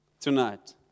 tonight